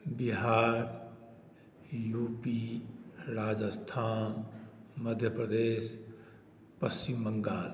Bihar U P Rajasthan Madhya Pradesh Paschim Bengal